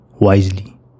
wisely